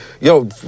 yo